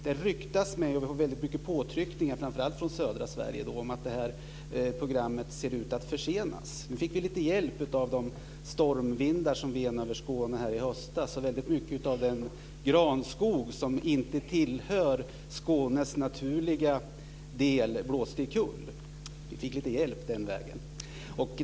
Det ryktas om, och jag får väldigt mycket påtryckningar om detta från framför allt södra Sverige, att det här programmet ser ut att försenas. Vi fick lite hjälp av de stormvindar som ven över Skåne i höstas. Väldigt mycket av den granskog som inte tillhör Skånes natur blåste omkull. Vi fick lite hjälp den vägen.